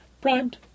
primed